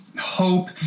hope